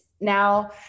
now